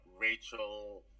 Rachel